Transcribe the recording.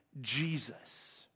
Jesus